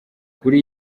kuri